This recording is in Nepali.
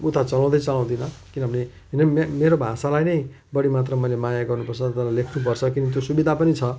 उता चलाउँदै चलाउँदिनँ किनभने मेर मे मेरो भाषालाई नै बढी मात्रामा मैले माया गर्नुपर्छ गरेर लेख्नुपर्छ किन्तु सुविधा पनि छ